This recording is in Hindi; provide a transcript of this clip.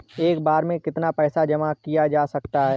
एक बार में कितना पैसा जमा किया जा सकता है?